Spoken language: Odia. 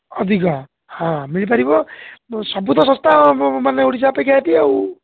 ଅଧିକ ହଁ ମିଳିପାରିବ ସବୁ ତ ଶସ୍ତା ମାନେ ଓଡ଼ିଶା ଅପେକ୍ଷା ଏଠି ଆଉ